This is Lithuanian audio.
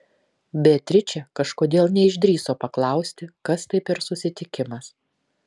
beatričė kažkodėl neišdrįso paklausti kas tai per susitikimas